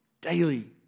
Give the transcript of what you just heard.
daily